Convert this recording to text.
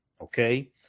okay